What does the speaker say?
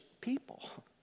people